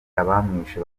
abamwishe